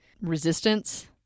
resistance